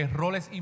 roles